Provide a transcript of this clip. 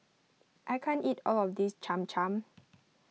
I can't eat all of this Cham Cham